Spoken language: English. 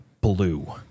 blue